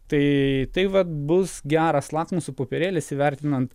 tai tai vat bus geras lakmuso popierėlis įvertinant